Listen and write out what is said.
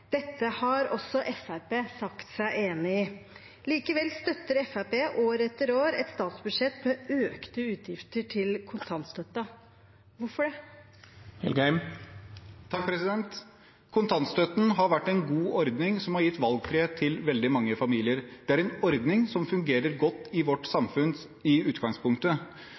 Dette har også Fremskrittspartiet sagt seg enig i. Likevel støtter Fremskrittspartiet år etter år et statsbudsjett med økte utgifter til kontantstøtten. Hvorfor det? Kontantstøtten har vært en god ordning som har gitt valgfrihet til veldig mange familier. Det er en ordning som fungerer godt i vårt samfunn i utgangspunktet.